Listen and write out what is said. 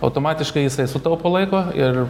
automatiškai jisai sutaupo laiko ir